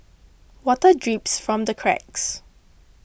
water drips from the cracks